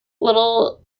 little